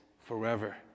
forever